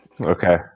Okay